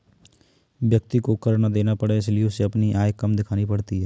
व्यक्ति को कर ना देना पड़े इसलिए उसे अपनी आय कम दिखानी पड़ती है